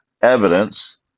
evidence